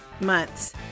month's